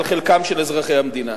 על חלקם של אזרחי המדינה.